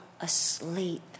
asleep